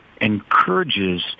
encourages